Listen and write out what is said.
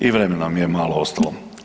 I vremena nam je malo ostalo.